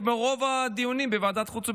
כמו רוב הדיונים בוועדת החוץ,